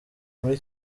muri